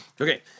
Okay